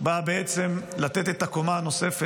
באה בעצם לתת את הקומה הנוספת.